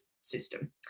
system